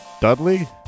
Dudley